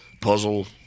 puzzle